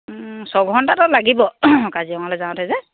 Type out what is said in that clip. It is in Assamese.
ছঘণ্টা তাত লাগিব কাজিৰঙালৈ যাওঁতে যে